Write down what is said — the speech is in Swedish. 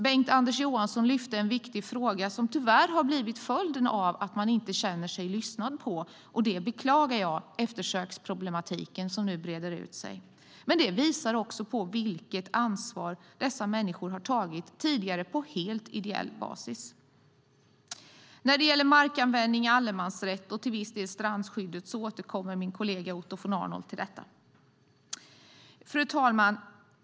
Bengt-Anders Johansson lyfte fram en viktig fråga som tyvärr blivit följden av att man inte känner sig lyssnad på, vilket jag beklagar. Det gäller eftersöksproblematiken, som nu breder ut sig. Det visar vilket ansvar dessa människor tidigare tagit på helt ideell basis. När det gäller markanvändning, allemansrätt och till viss del strandskydd kommer min kollega Otto von Arnold att ta upp dessa frågor. Fru talman!